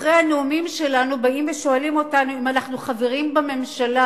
אחרי הנאומים שלנו באים ושואלים אותנו אם אנחנו חברים בממשלה,